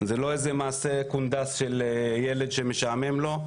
זה לא איזה מעשה קונדס של ילד שמשעמם לו,